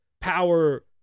power